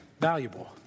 valuable